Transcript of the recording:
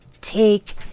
take